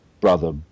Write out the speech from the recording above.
brother